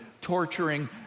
torturing